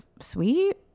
sweet